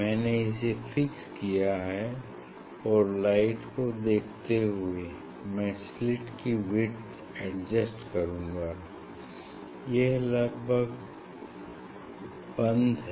मैंने इसे फिक्स किया है और लाइट को देखते हुए मैं स्लिट की विड्थ एडजस्ट करूँगा यह लगभग बंद है